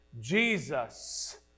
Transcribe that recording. Jesus